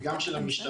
וגם של המשטרה,